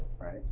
right